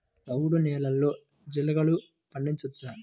చవుడు నేలలో జీలగలు పండించవచ్చా?